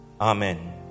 Amen